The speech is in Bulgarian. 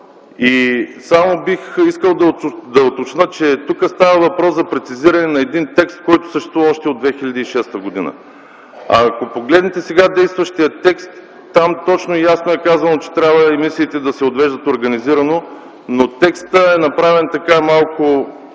Само бих искал да уточня, че тук става въпрос за прецизиране на един текст, който съществува още от 2006 г. Ако погледнете сега действащия текст, там точно и ясно е казано, че емисиите трябва да се отвеждат организирано, но текстът е направен малко